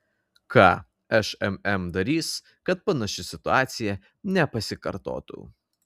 ką šmm darys kad panaši situacija nepasikartotų